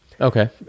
Okay